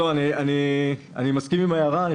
אני מסכים עם ההערה.